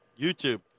YouTube